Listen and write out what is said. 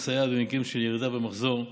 המסייעת במקרים של ירידה במחזור,